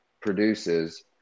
produces